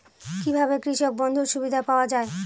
কি ভাবে কৃষক বন্ধুর সুবিধা পাওয়া য়ায়?